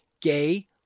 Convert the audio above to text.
gay